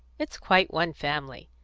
it's quite one family.